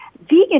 Vegan